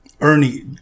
Ernie